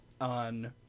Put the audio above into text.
on